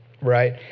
right